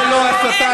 זה מה שימנע טרור?